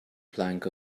plank